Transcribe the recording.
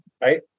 right